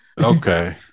Okay